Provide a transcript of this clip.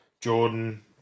Jordan